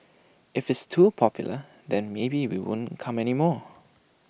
if it's too popular then maybe we won't come anymore